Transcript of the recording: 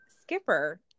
Skipper